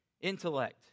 intellect